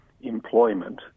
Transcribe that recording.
employment